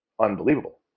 unbelievable